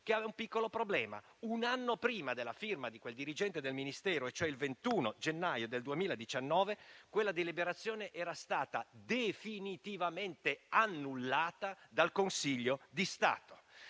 che ha un piccolo problema: un anno prima della firma di quel dirigente del Ministero e, cioè, il 21 gennaio del 2019 quella deliberazione era stata definitivamente annullata dal Consiglio di Stato.